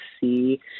see